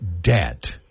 debt